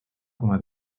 coma